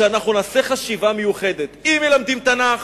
שאנחנו נעשה חשיבה מיוחדת: אם מלמדים תנ"ך,